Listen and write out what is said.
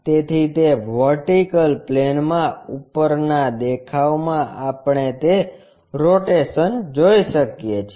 તેથી તે વર્ટિકલ પ્લેનમાં ઉપરનાં દેખાવમાં આપણે તે રોટેશન જોઈ શકીએ છીએ